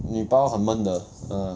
你保很闷的 uh